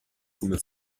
come